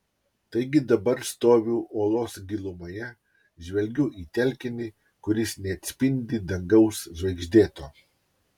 taigi dabar stoviu olos gilumoje žvelgiu į telkinį kuris neatspindi dangaus žvaigždėto